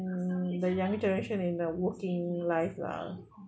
mm the younger generation in the working life lah